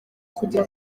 kugira